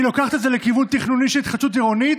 היא לוקחת את זה לכיוון תכנוני של התחדשות עירונית,